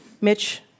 Mitch